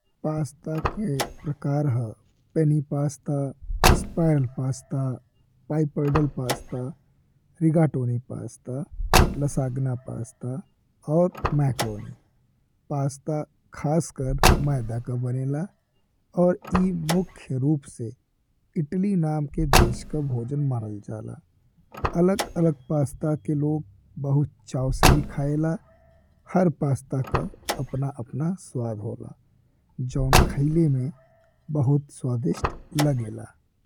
Pasta के प्रकार ह penne pasta, spiral pasta, pappardelle pasta, rigatoni pasta, lasagna pasta और मैक्रोनी। पास्ता खासकर मैदा का बनेला और ई मुख्य रूप से इटली नाम के देश का भोजन मानल जाला, अलग-अलग पास्ता के लोग बहुत चाव से भी खाइला। हर पास्ता का अपना-अपना स्वाद होला जवन खाइले में बहुत स्वादिष्ट लागेला।